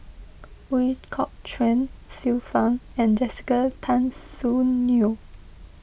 Ooi Kok Chuen Xiu Fang and Jessica Tan Soon Neo